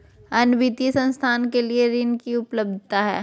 अन्य वित्तीय संस्थाएं के लिए ऋण की उपलब्धता है?